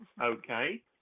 okay